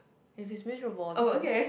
if he's miserable